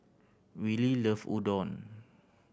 Willie love Udon